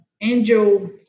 angel